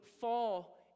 fall